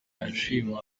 ashima